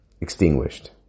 extinguished